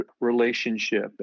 relationship